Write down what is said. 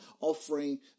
offering